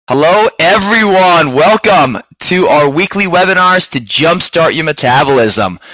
hello everyone, welcome to our weekly webinar. to jump start your metabolism.